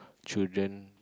children